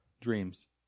Dreams